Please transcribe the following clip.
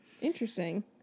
Interesting